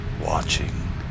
Watching